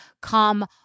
come